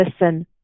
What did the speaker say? listen